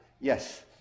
Yes